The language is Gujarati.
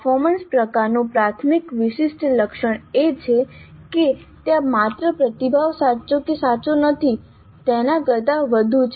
પર્ફોર્મન્સ પ્રકારનું પ્રાથમિક વિશિષ્ટ લક્ષણ એ છે કે ત્યાં માત્ર પ્રતિભાવ સાચો છે કે સાચો નથી તેના કરતાં વધુ છે